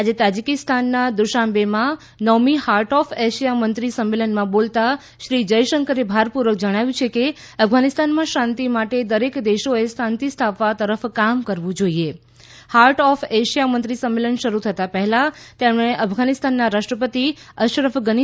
આજે તાજિકિસ્તાનના દુશાંબેમાં નવમી હાર્ટ ઓફ એશિયા મંત્રી સંમેલનમાં બોલતાં શ્રી જયશંકરે ભારપૂર્વક જણાવ્યું કે અફઘાનિસ્તાનમાં શાંતિ માટે દરેક દેશોએ શાંતિ સ્થાપવા તરફ કામ કરવું જોઈએ હાર્ટ ઓફ એશિયા મંત્રી સંમેલન શરૂ થતાં પહેલાં તેમણે અફઘાનિસ્તાનના રાષ્ટ્રપતિ અશરફ ગની સાથે બેઠક કરી હતી